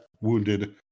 wounded